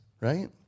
right